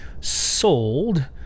sold